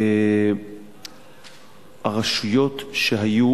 הרשויות שהיו